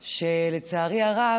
לצערי הרב,